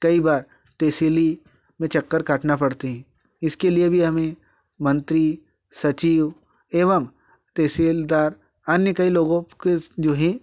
कई बार तेहसीली में चक्कर काटना पड़ती है इसके लिए भी हमें मंत्री सचिव एवम तेहसीलदार अन्य कई लोगों के जो हैं